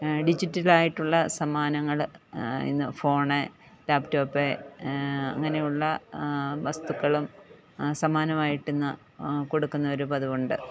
digital ആയിട്ടുള സമ്മാനങ്ങൾ ഇന്ന് ഫോണ് ലാപ്പ്ട്ടോപ്പ് അങ്ങനെയുള്ള വസ്തുക്കളും സമ്മാനമായിട്ട് ഇന്ന് കൊടുക്കുന്ന ഒരു പതിവുണ്ട്